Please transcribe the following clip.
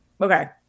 okay